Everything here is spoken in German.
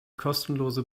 kostenlose